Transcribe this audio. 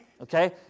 okay